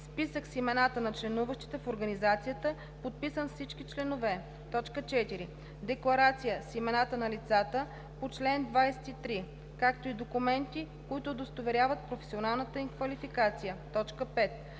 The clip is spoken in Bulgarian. списък с имената на членуващите в организацията, подписан от всички членове; 4. декларация с имената на лицата по чл. 23, както и документи, които удостоверяват професионалната им квалификация; 5.